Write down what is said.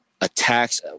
attacks